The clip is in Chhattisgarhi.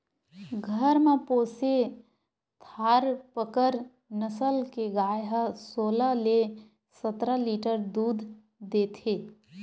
घर म पोसे थारपकर नसल के गाय ह सोलह ले सतरा लीटर दूद देथे